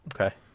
Okay